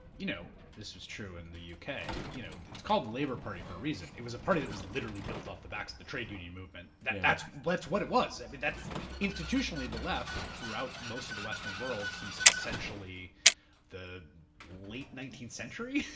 you know this was true in the u. k, you know it's called the labor party for a reason. it was a party that was literally built off the backs of the trade union movement. that's what what it was. i mean that's institutionally the left throughout most of the western world since essentially the late nineteenth century.